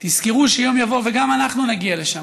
תזכרו שיום יבוא וגם אנחנו נגיע לשם.